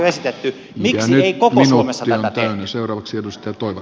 miksi ei koko suomessa tätä tehty